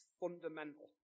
fundamental